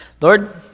Lord